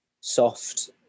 soft